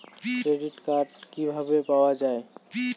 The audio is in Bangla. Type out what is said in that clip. ক্রেডিট কার্ড কিভাবে পাওয়া য়ায়?